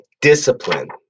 discipline